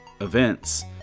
events